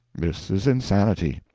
this is insanity.